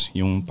yung